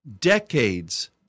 Decades